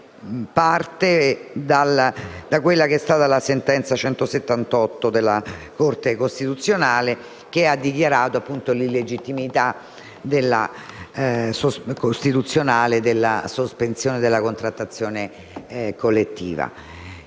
parte dalla sentenza n. 178 della Corte costituzionale, che ha dichiarato l'illegittimità costituzionale della sospensione della contrattazione collettiva.